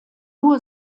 nur